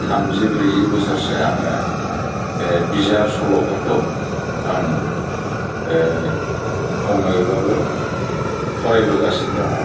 थामजि ब्रैजि बोसोरसो आङो बे बिजाब सल'फोरखौ आं खमैब्लाबो फरायबोगासिनो दङ